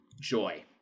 Joy